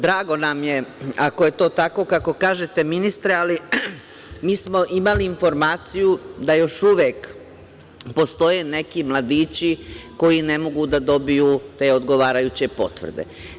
Drago nam je ako je to tako kako kažete, ministre, ali mi smo imali informaciju da još uvek postoje neki mladići koji ne mogu da dobiju te odgovarajuće potvrde.